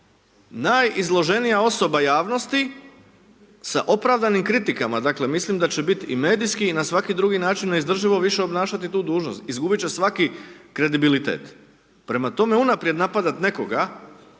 najizloženija osoba javnosti sa opravdanim kritikama, dakle, mislim da će biti i medijski i na svaki drugi način, neizdrživo više obnašati tu dužnost, izgubiti će svaki kredibilitet. Prema tome, unaprijed napadati nekoga,